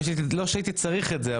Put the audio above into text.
לא שהייתי צריך את זה,